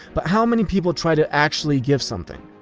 but how many people try to actually give something?